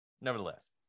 nevertheless